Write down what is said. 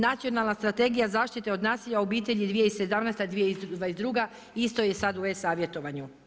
Nacionalna strategija zaštite od nasilja u obitelji 2017.-2022. isto je sad u e-savjetovanju.